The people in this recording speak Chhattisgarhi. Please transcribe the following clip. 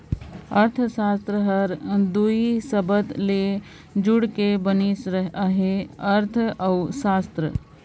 अर्थसास्त्र हर दुई सबद ले जुइड़ के बनिस अहे अर्थ अउ सास्त्र